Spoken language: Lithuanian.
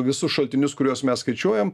visus šaltinius kuriuos mes skaičiuojam